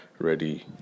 ready